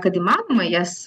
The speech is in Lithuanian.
kad įmanoma jas